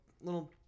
little